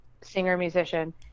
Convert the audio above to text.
singer-musician